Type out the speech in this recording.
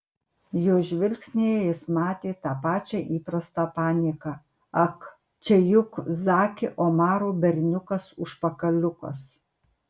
jo žvilgsnyje jis matė tą pačią įprastą panieką ak čia juk zaki omaro berniukas užpakaliukas